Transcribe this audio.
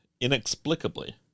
inexplicably